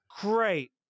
great